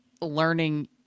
learning